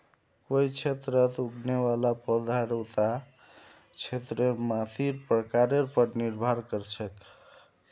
कोई क्षेत्रत उगने वाला पौधार उता क्षेत्रेर मातीर प्रकारेर पर निर्भर कर छेक